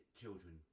children